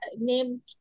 name